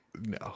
no